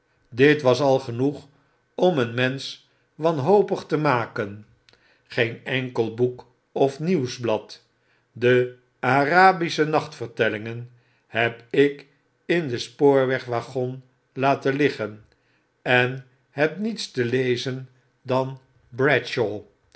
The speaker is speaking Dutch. dit was al genoeg om een mensch wanhopig te maken geen enkel boek of nieuwsblad de arabische nachtvertellingen heb ik in den spoorwegwaggon laten liggen en heb niets te lezen dan